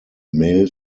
mail